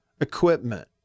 equipment